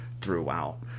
throughout